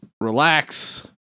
relax